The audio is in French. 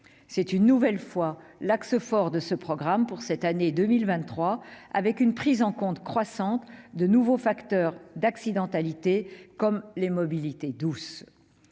C'est une nouvelle fois l'axe fort de ce programme, pour cette année 2023, qui prend en compte de manière croissante les nouveaux facteurs d'accidentalité comme les mobilités douces.